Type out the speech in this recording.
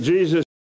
Jesus